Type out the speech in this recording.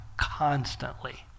constantly